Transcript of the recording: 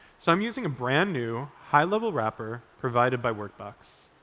so i'm using a brand new, high-level wrapper provided by workbox.